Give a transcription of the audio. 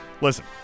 listen